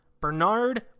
Bernard